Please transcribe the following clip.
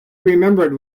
remembered